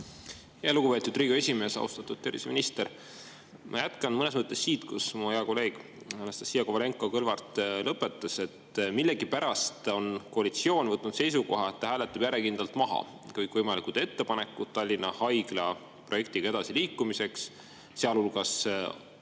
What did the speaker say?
Lugupeetud Riigikogu esimees! Austatud terviseminister! Ma jätkan mõnes mõttes siit, kus mu hea kolleeg Anastassia Kovalenko-Kõlvart lõpetas. Millegipärast on koalitsioon võtnud seisukoha, et hääletab järjekindlalt maha kõikvõimalikud ettepanekud Tallinna Haigla projektiga edasiliikumiseks. Sealhulgas